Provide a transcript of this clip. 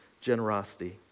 generosity